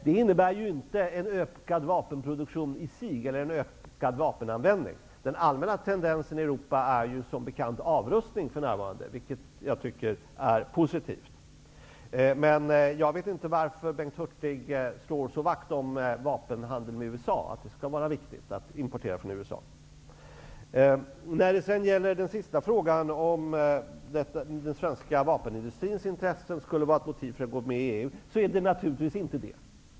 Det innebär inte en ökad vapenproduktion och vapenanvändning i sig. Den allmänna tendensen i Europa är som bekant för närvarande avrustning, vilket jag tycker är positivt. Jag vet inte varför Bengt Hurtig slår vakt om vapenhandeln med USA, att det skall vara så viktigt att importera från USA. Den sista frågan gällde om den svenska vapenindustrins intressen skulle vara ett motiv för att gå med i EU. Så är det naturligtvis inte.